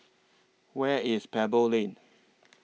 Where IS Pebble Lane